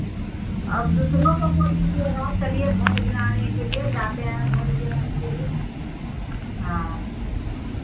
और दूसरों को बोल दीजिएगा चलिए वोट गिराने के लिए जाते हैं वोट गिराने के लिए हाँ